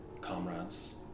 comrades